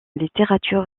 littérature